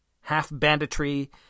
Half-banditry